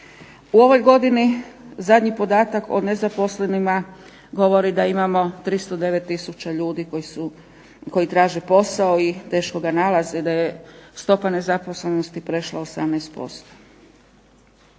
U ovoj godini zadnji podatak o nezaposlenima govori da imamo 309 tisuća ljudi koji traže posao i teško ga nalaze, da je stopa nezaposlenosti prešla 18%.